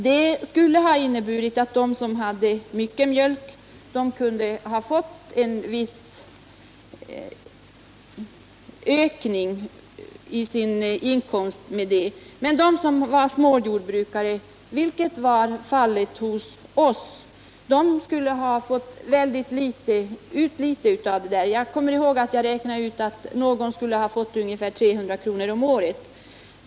Det skulle ha inneburit att de som hade mycket mjölk fått en viss ökning i sin inkomst, men de som var bara småjordbrukare — vilket var fallet hos oss — skulle ha fått väldigt litet av detta. Jag kommer ihåg att jag räknade ut att någon skulle ha fått 300 kr. om året.